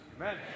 Amen